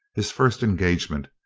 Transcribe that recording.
his first engagement,